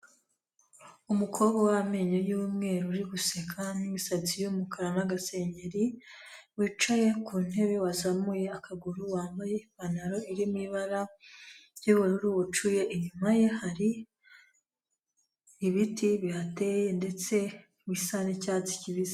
Umukobwa w'amenyo y'umweru uri guseka, n'imisatsi y'umukara n'agaseri, wicaye ku ntebe wazamuye akaguru, wambaye ipantaro irimo ibara ry'ubururu bucuye, inyuma ye hari ibiti bihateye, ndetse bisa n'icyatsi kibisi.